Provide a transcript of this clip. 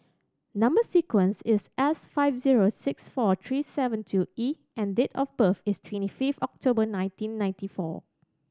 number sequence is S five zero six four three seven two E and date of birth is twenty five October nineteen ninety four